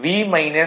M